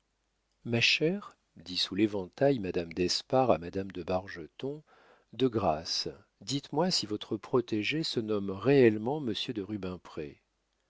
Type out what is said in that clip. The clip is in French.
ma chère dit sous l'éventail madame d'espard à madame de bargeton de grâce dites-moi si votre protégé se nomme réellement monsieur de rubempré il